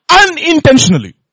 unintentionally